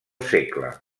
segle